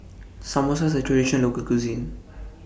Samosa IS A Traditional Local Cuisine